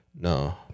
No